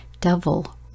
devil